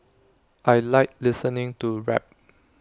I Like listening to rap